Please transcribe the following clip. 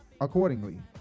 accordingly